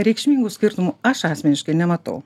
reikšmingų skirtumų aš asmeniškai nematau